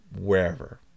wherever